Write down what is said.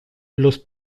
los